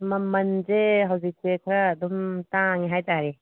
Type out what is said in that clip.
ꯃꯃꯜꯁꯦ ꯍꯧꯖꯤꯛꯁꯦ ꯈꯔ ꯑꯗꯨꯝ ꯇꯥꯡꯉꯦ ꯍꯥꯏꯇꯥꯔꯦ